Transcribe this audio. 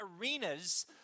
arenas